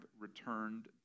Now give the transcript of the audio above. returned